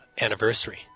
anniversary